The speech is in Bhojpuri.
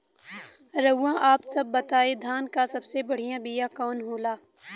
रउआ आप सब बताई धान क सबसे बढ़ियां बिया कवन होला?